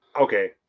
Okay